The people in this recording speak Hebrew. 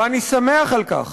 ואני שמח על כך